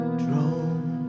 drone